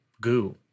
goo